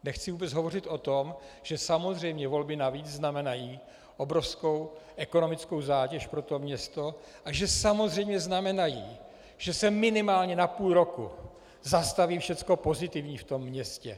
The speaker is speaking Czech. Nechci vůbec hovořit o tom, že samozřejmě volby navíc znamenají obrovskou ekonomickou zátěž pro město a že samozřejmě znamenají, že se minimálně na půl roku zastaví všechno pozitivní v tom městě.